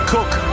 Cook